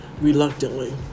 reluctantly